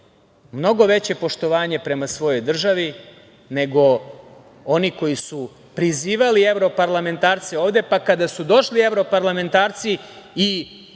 mnogo veće poštovanje prema svojoj državi nego oni koji su prizivali evroparlamentarce ovde, pa kada su došli evroparlamentarci i